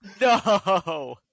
no